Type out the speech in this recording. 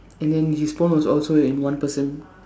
and then his phone was also in one percent